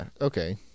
okay